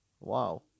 wow